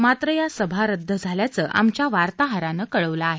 मात्र या सभा रद्द झाल्याचं आमच्या वार्ताहरानं कळवलं आहे